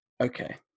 Okay